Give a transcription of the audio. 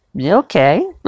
okay